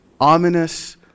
ominous